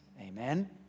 amen